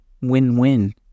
win-win